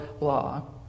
law